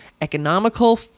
economical